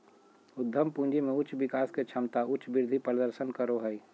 उद्यम पूंजी में उच्च विकास के क्षमता उच्च वृद्धि प्रदर्शन करो हइ